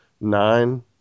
nine